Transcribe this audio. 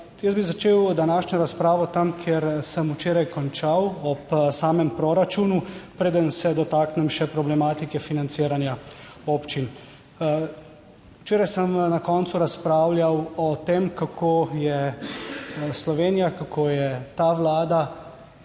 jaz bi začel današnjo razpravo tam, kjer sem včeraj končal, ob samem proračunu, preden se dotaknem še problematike financiranja občin. Včeraj sem na koncu razpravljal o tem, kako je Slovenija, kako je ta Vlada